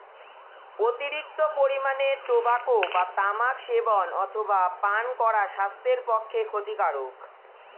অতিরিক্ত পরিমাণে টোবাকো বা তামাক সেবন অথবা পান করা স্বাস্থ্যের পক্ষে ক্ষতিকারক